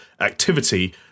activity